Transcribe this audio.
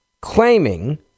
claiming